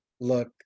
look